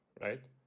right